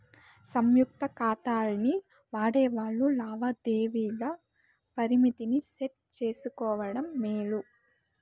సంయుక్త కాతాల్ని వాడేవాల్లు లావాదేవీల పరిమితిని సెట్ చేసుకోవడం మేలు